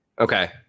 Okay